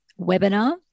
webinar